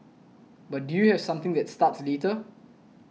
but do you have something that starts later